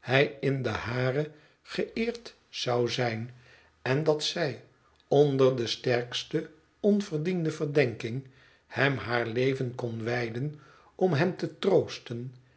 hij in de hare geëerd zou zijn en dat zij onder de sterkste onverdiende verdenking hem haar leven kon wijden om hem te troosten